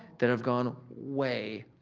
that have gone way,